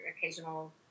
occasional